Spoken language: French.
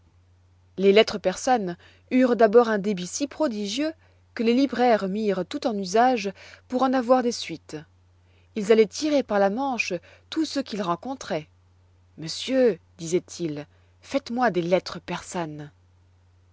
les lettres persanes eurent d'abord un débit si prodigieux que les libraires mirent tout en usage pour en avoir des suites ils alloient tirer par la manche tous ceux qu'ils rencontroient monsieur disoient-ils faites-moi des lettres persanes